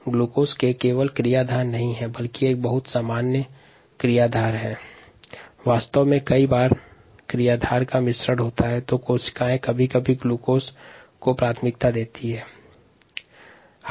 glucose सामान्य क्रियाधार है यदि किसी जैव क्रिया में भिन्न क्रियाधारों का मिश्रण होता है तब कोशिका ग्लूकोज को ही प्राथमिक रूप से इस्तेमाल करती हैं